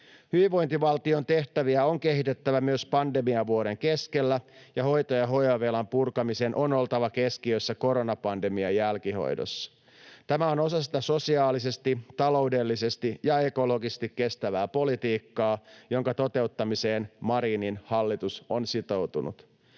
Hyvinvointivaltion tehtäviä on kehitettävä myös pandemiavuoden keskellä, ja hoito- ja hoivavelan purkamisen on oltava keskiössä koronapandemian jälkihoidossa. Tämä on osa sitä sosiaalisesti, taloudellisesti ja ekologisesti kestävää politiikkaa, jonka toteuttamiseen Marinin hallitus on sitoutunut.